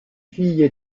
filles